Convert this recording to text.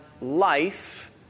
life